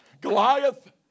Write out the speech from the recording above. Goliath